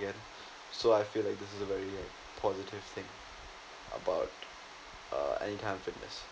again so I feel like this is a very positive thing about uh anytime fitness